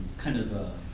kind of a